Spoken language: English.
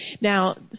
Now